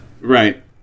right